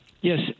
Yes